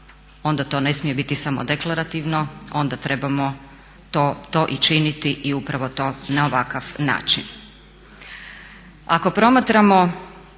onda to ne smije biti samo deklarativno, onda trebamo to i činiti i upravo na ovakav način.